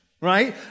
right